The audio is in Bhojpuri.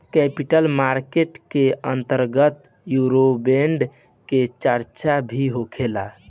कैपिटल मार्केट के अंतर्गत यूरोबोंड के चार्चा भी होखेला